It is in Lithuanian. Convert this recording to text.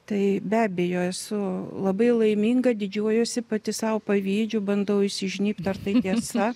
tai be abejo esu labai laiminga didžiuojuosi pati sau pavydžiu bandau įsižnybt ar tai tiesa